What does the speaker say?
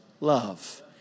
love